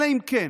אלא אם כן